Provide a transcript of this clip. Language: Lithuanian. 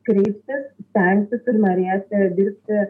kreiptis stengtis ir norėti dirbti